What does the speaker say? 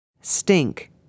Stink